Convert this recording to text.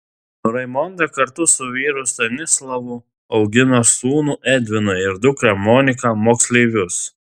raimonda kartu su vyru stanislavu augina sūnų edviną ir dukrą moniką moksleivius